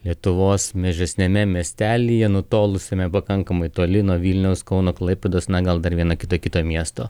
lietuvos mažesniame miestelyje nutolusiame pakankamai toli nuo vilniaus kauno klaipėdos na gal dar viena kita kita miesto